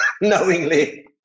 knowingly